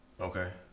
Okay